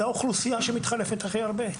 זו האוכלוסייה שמתחלפת הכי הרבה.